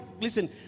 listen